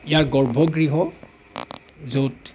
ইয়াৰ গৰ্ভ গৃহ য'ত